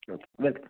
okay welcome